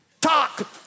talk